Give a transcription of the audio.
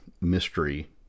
mystery